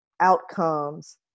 outcomes